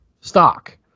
stock